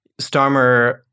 Starmer